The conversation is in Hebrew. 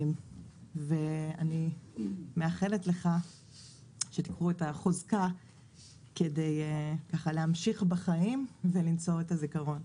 אני מאחלת לך שתיקחו את החוזקה כדי להמשיך בחיים ולנצור את הזיכרון.